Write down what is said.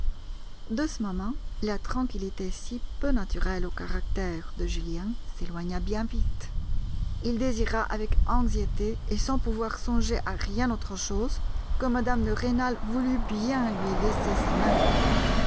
de ce moment la tranquillité si peu naturelle au caractère de julien s'éloigna bien vite il désira avec anxiété et sans pouvoir songer à rien autre chose que mme de rênal voulût bien lui laisser sa main